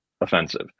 offensive